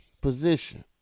position